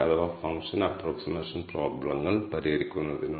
അതായത് ലേബൽ ചെയ്യാത്ത ഡാറ്റ നമ്മുടെ പക്കലുണ്ട്